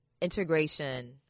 integration